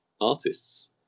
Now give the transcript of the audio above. artists